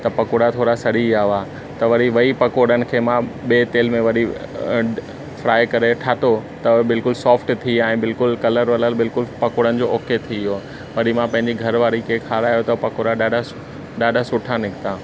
त पकौड़ा थोरा सड़ी विया हुआ त वरी वई पकौड़नि खे मां ॿिए तेल में वरी उस फ्राए करे ठातो त बिल्कुलु सॉफ्ट थी विया ऐं बिल्कुलु कलर वलर बिल्कुलु पकौड़नि जो ओके थी वियो वरी मां पंहिंजी घरवारी खे खारायो त पकौड़ा ॾाढा ॾाढा सुठा निकिता